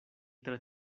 tre